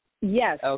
Yes